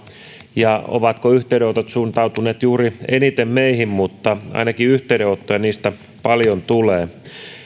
ja ovatko yhteydenotot suuntautuneet eniten juuri meihin mutta ainakin yhteydenottoja niistä paljon tulee